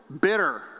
bitter